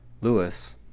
Lewis